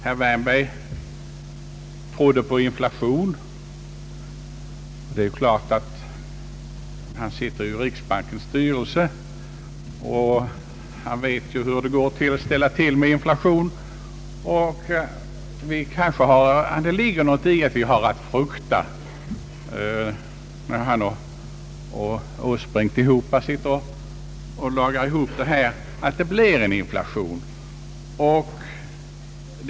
Herr Wärnberg trodde på inflation. Han sitter ju i riksbankens styrelse och vet väl därför hur det går till att ställa till med inflation. Kanske det ligger något i att vi har en inflation att frukta, när herr Wärnberg och herr Åsbrink sitter tillsammans i riksbanken och skapar förutsättningar för en sådan. Men skämt åsido.